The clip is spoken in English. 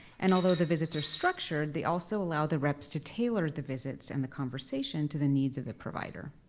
and although the visits are structured, they also allow the reps to tailor the visits and the conversation to the needs of the provider.